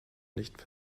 nicht